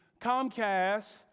Comcast